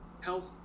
health